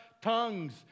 tongues